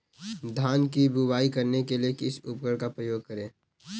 धान की बुवाई करने के लिए किस उपकरण का उपयोग करें?